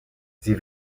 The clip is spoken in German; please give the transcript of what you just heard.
sie